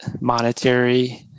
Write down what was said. monetary